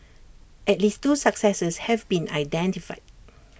at least two successors have been identified